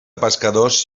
pescadors